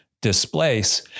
displace